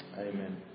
Amen